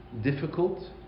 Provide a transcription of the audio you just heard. difficult